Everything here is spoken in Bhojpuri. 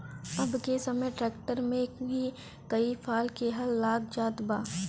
अब के समय ट्रैक्टर में ही कई फाल क हल लाग जात बा